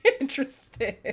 Interesting